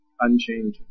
unchanging